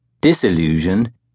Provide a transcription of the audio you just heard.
Disillusion